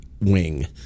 wing